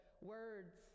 words